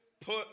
Put